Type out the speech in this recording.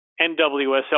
NWSL